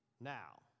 Now